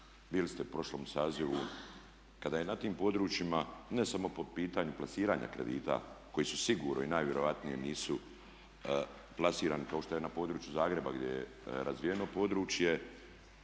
bili ste u prošlom sazivu kada je na tim područjima ne samo po pitanju plasiranja kredita koji su sigurno i najvjerojatnije nisu plasirani kao što je području Zagrebu gdje je razvijeno područje,